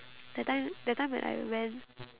that time that time when I went